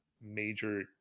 major